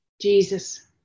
Jesus